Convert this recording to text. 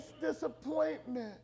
disappointment